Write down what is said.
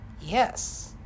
Yes